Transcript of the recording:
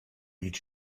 each